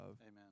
Amen